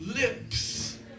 lips